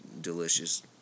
Delicious